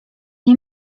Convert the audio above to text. nie